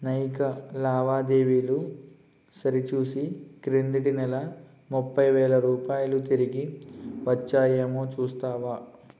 నైకా లావాదేవీలు సరిచూసి క్రిందటి నెల ముప్పై వేల రూపాయలు తిరిగి వచ్చాయేమో చూస్తావా